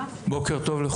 בוקר טוב.